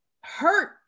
hurt